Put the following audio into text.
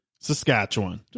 Saskatchewan